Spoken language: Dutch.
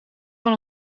van